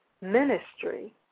ministry